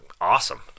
Awesome